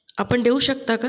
आपण देऊ शकता का